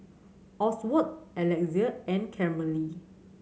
Oswald Alexia and Carmella